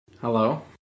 Hello